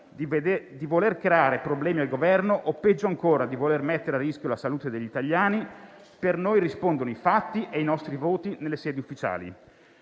di voler creare problemi al Governo o peggio ancora di voler mettere a rischio la salute degli italiani, per noi rispondono i fatti e i nostri voti nelle sedi ufficiali.